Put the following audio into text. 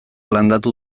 landatu